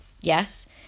Yes